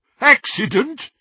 Accident